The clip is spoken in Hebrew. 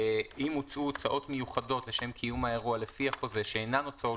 "הוצאו הוצאות מיוחדות לשם קיום האירוע לפי החוזה שאינן הוצאות